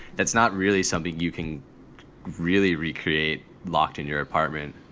that's not really something you can really recreate locked in your apartment